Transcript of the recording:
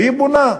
והיא בונה.